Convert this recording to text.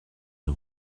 est